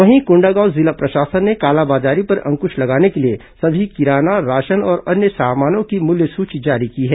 वहीं कोंडागांव जिला प्रशासन ने कालाबाजारी पर अंकुश लगाने के लिए सभी किराना राशन और अन्य सामानों की मूल्य सूची जारी की है